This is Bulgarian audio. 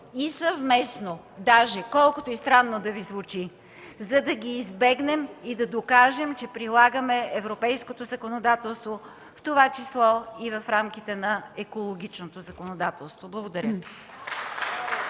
съвместно, колкото и странно да Ви звучи, за да ги избегнем и да докажем, че прилагаме европейското законодателство, в това число и в рамките на екологичното законодателство. Благодаря.